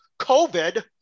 COVID